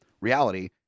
Reality